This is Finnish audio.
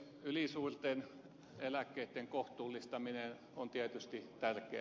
ylisuurten eläkkeitten kohtuullistaminen on tietysti tärkeää